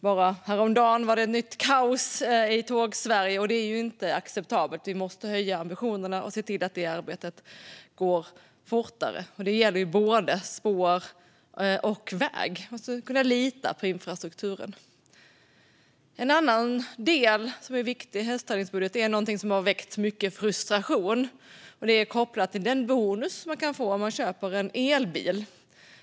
Bara häromdagen var det nytt kaos i Tågsverige, och det är ju inte acceptabelt. Vi måste höja ambitionerna och se till att det arbetet går fortare, och det gäller både spår och väg. Man ska kunna lita på infrastrukturen. Det andra som är viktigt i höständringsbudgeten, och som har väckt mycket frustration, är kopplat till den bonus som man kan få om man köper en elbil.